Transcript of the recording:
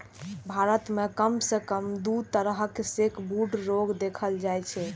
भारत मे कम सं कम दू तरहक सैकब्रूड रोग देखल जाइ छै